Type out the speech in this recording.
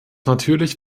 natürlich